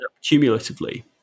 cumulatively